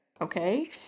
okay